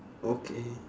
okay